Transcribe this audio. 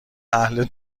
اهل